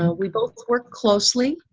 ah we both work closely.